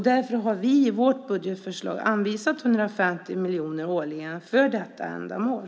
Därför har vi i vårt budgetförslag anvisat 150 miljoner årligen för detta ändamål.